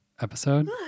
episode